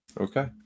Okay